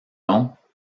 noms